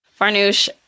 Farnoosh